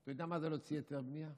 אתה יודע מה זה להוציא היתר בנייה?